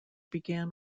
began